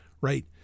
right